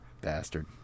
Bastard